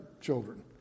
children